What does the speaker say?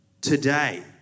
Today